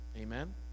Amen